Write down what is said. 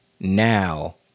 now